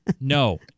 no